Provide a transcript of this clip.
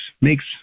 makes